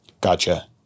gotcha